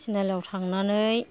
थिनालियाव थांनानै